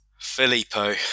Filippo